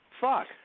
Fuck